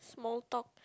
small talk